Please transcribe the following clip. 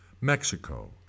Mexico